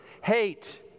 Hate